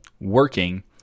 working